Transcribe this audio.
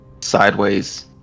sideways